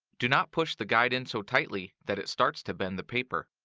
do not push the guide in so tightly that it starts to bend the paper.